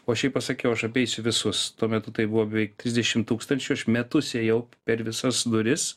o aš jai pasakiau aš apeisiu visus tuo metu tai buvo beveik trisdešim tūkstančių aš metus ėjau per visas duris